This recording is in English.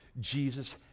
Jesus